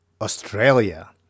Australia